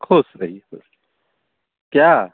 खुश रहिये क्या